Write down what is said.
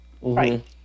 right